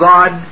God